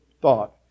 thought